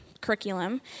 curriculum